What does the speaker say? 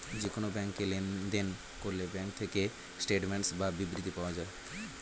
যে কোন ব্যাংকে লেনদেন করলে ব্যাঙ্ক থেকে স্টেটমেন্টস বা বিবৃতি পাওয়া যায়